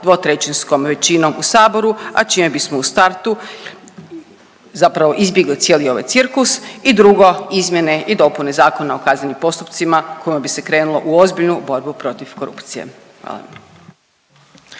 dvotrećinskom većinom u Saboru, a čime bismo u startu zapravo izbjegli cijeli ovaj cirkus i drugo izmjene i dopune Zakona o kaznenim postupcima kojima bi se krenulo u ozbiljnu borbu protiv korupcije. Hvala.